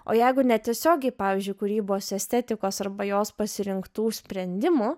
o jeigu netiesiogiai pavyzdžiui kūrybos estetikos arba jos pasirinktų sprendimų